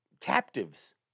captives